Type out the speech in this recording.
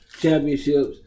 championships